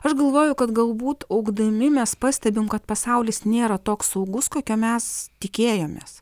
aš galvoju kad galbūt augdami mes pastebim kad pasaulis nėra toks saugus kokio mes tikėjomės